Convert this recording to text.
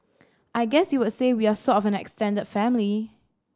I guess you would say we are sort of an extended family